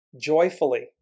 joyfully